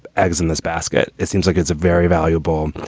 eggs in this basket. it seems like it's a very valuable.